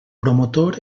promotor